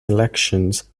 elections